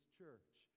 church